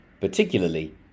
particularly